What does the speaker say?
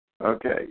Okay